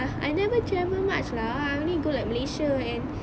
I never travel much lah I only go like malaysia and